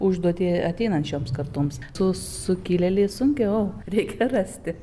užduotį ateinančioms kartoms su sukilėliais sunkiau reikia rasti